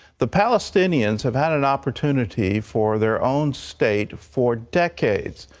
the palestinians have had an opportunity for their own state for decades,